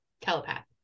telepath